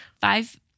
five